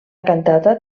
cantata